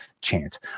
chant